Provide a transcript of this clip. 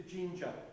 Ginger